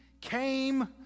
came